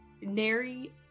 Neri